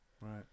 Right